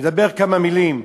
נדבר כמה מילים,